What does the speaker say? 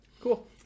Cool